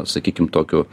sakykim tokiu